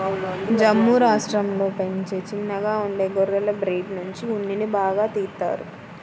జమ్ము రాష్టంలో పెంచే చిన్నగా ఉండే గొర్రెల బ్రీడ్ నుంచి ఉన్నిని బాగా తీత్తారు